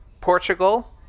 portugal